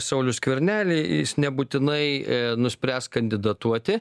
saulių skvernelį jis nebūtinai nuspręs kandidatuoti